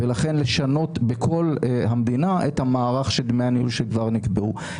ולכן לשנות בכל המדינה את המערך של דמי הניהול שכבר נקבעו.